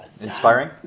Inspiring